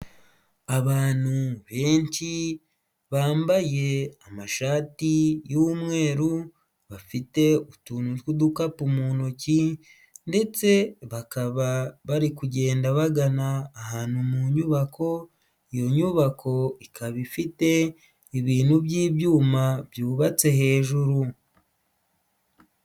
Abantu benshi bambaye amashati y'umweru bafite utuntu tw'udukapu mu ntoki ndetse bakaba bari kugenda bagana ahantu mu nyubako iyo nyubako ikaba ifite ibintu by'ibyuma byubatse hejuru.